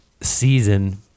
season